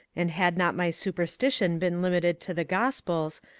and had not my superstition been limited to the gospels,